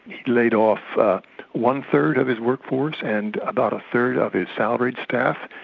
he laid off one-third of his workforce and about a third of his salaried staff,